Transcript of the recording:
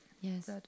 Yes